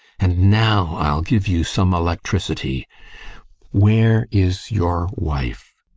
and now i'll give you some electriticy where is your wife?